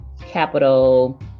capital